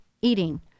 eating